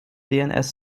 dns